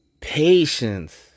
Patience